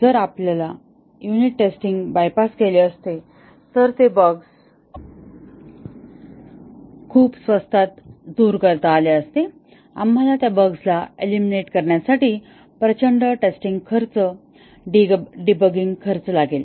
जर आपण युनिट टेस्टिंगला बायपास केले असते तर जे बग्स खूप स्वस्तात दूर करता आले असते आम्हाला त्या बग्सला इलिमिनेट करण्यासाठी प्रचंड टेस्टिंग खर्च डिबगिंग खर्च लागेल